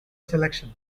selection